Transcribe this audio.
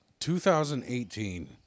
2018